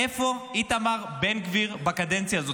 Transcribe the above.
איפה איתמר בן גביר בקדנציה הזאת?